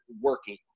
working